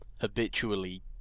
habitually